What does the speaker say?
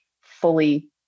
fully